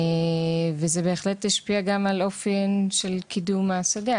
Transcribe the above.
וזה בהחלט השפיע גם על אופן של קידום השדה.